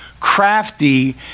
crafty